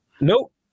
Nope